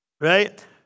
right